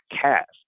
cast